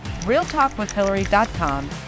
realtalkwithhillary.com